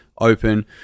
open